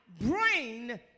brain